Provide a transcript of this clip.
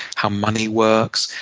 how money works,